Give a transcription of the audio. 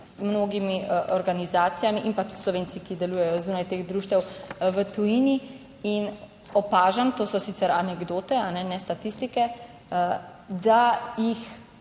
mnogimi organizacijami in tudi Slovenci, ki delujejo zunaj teh društev v tujini, in opažam - to so sicer anekdote, ne statistike -, da jih